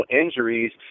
injuries